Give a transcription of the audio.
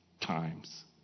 times